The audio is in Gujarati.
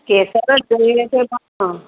કેસર જ જોઈએ છે પણ